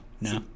no